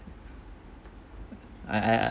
I I I